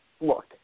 look